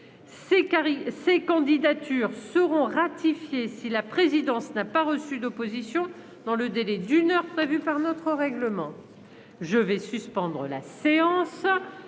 Ces candidatures seront ratifiées si la présidence n'a pas reçu d'opposition dans le délai d'une heure prévu par notre règlement. Mes chers